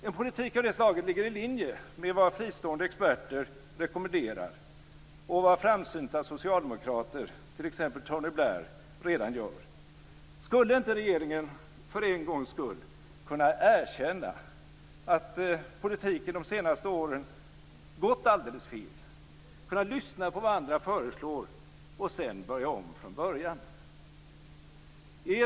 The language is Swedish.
En politik av det slaget ligger i linje med vad fristående experter rekommenderar och vad framsynta socialdemokrater, t.ex. Tony Blair, redan gör. Skulle inte regeringen för en gångs skull kunna erkänna att politiken de senaste åren gått alldeles fel, lyssna på vad andra föreslår och sedan börja om från början?